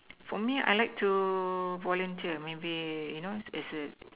for me I like to volunteer maybe you know as it